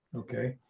okay.